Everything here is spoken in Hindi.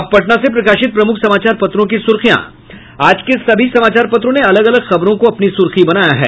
अब पटना से प्रकाशित प्रमुख समाचार पत्रों की सुर्खियां आज के सभी समाचार पत्रों ने अलग अलग खबरों को अपनी सुर्खी बनायी है